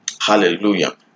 Hallelujah